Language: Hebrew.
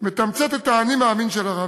מתמצת את ה"אני מאמין" של הרבי: